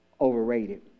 overrated